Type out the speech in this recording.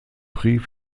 prix